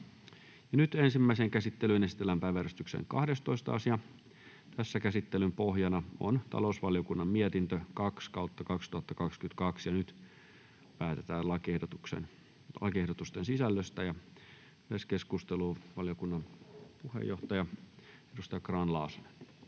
Ensimmäiseen käsittelyyn esitellään päiväjärjestyksen 12. asia. Käsittelyn pohjana on talousvaliokunnan mietintö TaVM 2/2022 vp. Nyt päätetään lakiehdotusten sisällöstä. — Yleiskeskusteluun, valiokunnan puheenjohtaja, edustaja Grahn-Laasonen.